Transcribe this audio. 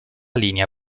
linea